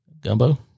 Gumbo